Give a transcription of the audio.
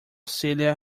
celia